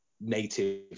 native